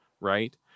right